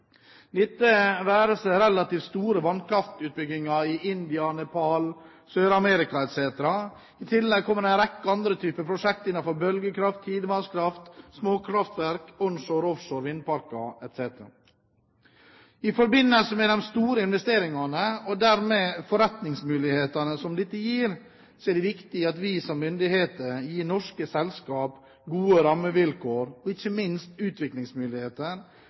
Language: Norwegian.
være seg relativt store vannkraftutbygginger i India, Nepal, Sør-Amerika etc. I tillegg kommer en rekke andre typer prosjekter innenfor bølgekraft, tidevannskraft, småkraftverk, onshore og offshore vindparker etc. I forbindelse med de store investeringene, og dermed forretningsmulighetene som dette gir, er det viktig at vi som myndigheter gir norske selskaper gode rammevilkår og ikke minst